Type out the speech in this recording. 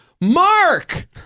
Mark